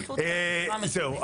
זהו.